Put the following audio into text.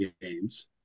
games